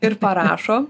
ir parašo